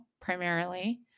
primarily